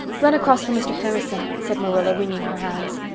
run across for mr. harrison, said marilla, wringing her hands.